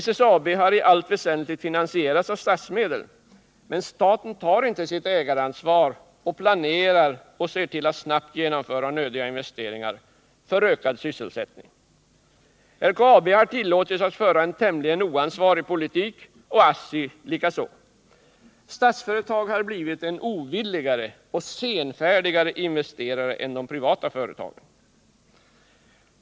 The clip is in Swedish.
SSAB har i allt väsentligt finansierats av statsmedel, men staten tar inte sitt ägaransvar och planerar och ser till att snabbt genomföra nödiga investeringar för ökad sysselsättning. LKAB har tillåtits att föra en tämligen oansvarig politik och ASSI likaså. Statsföretag har blivit en ovilligare och senfärdigare investerare än de privata företagen. 3.